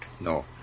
No